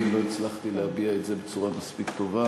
ואם לא הצלחתי להביע את זה בצורה מספיק טובה,